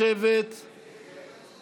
שכוללת את חברי הכנסת נפתלי בנט, איילת שקד,